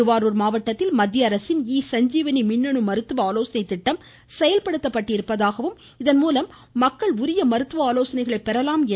திருவாரூர் மாவட்டத்தில் மத்திய அரசின் இ சஞ்சீவினி மின்னணு மருத்துவ ஆலோசனை திட்டம் செயல்படுத்தப்பட்டிருப்பதாகவும் இதன்மூலம் மக்கள் உரிய மருத்துவ ஆலோசனைகளை பெறலாம் என்றும் அவர் சுட்டிக்காட்டினார்